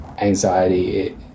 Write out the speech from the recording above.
anxiety